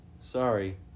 Sorry